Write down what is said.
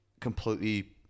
completely